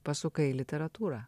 pasukai į literatūrą